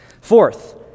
Fourth